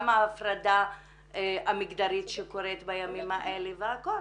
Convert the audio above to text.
ההפרדה המגדרית שקורית בימים האלה והכל.